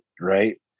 right